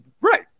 Right